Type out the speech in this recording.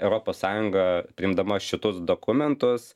europos sąjunga priimdama šitus dokumentus